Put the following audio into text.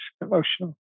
emotional